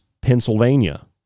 Pennsylvania